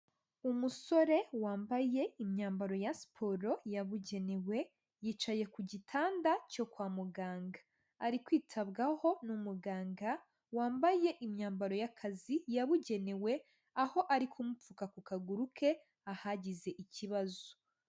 Umusore wambaye imyambaro ya siporo yabugenewe, yicaye ku gitanda cyo kwa muganga. Ari kwitabwaho n'umuganga wambaye imyambaro y'akazi yabugenewe, aho ari kumupfuka ku kaguru ke ahagize ikibazo.